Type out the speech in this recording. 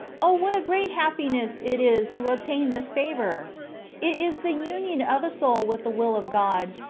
o! what a great happiness it is to obtain this favour! it is the union of a soul with the will of god,